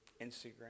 Instagram